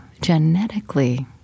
genetically